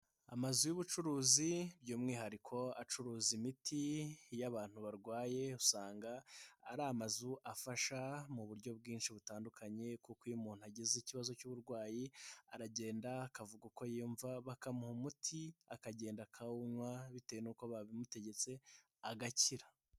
Amazu y'ubucuruzi by'umwihariko acuruza imiti iyo abantu barwaye usanga ari amazu afasha mu buryo bwinshi butandukanye kuko iyo umuntu agize ikibazo cy'uburwayi aragenda akavuga uko yiyumva, bakamuha umuti, akagenda akawunywa bitewe n'uko babimutegetse agakira.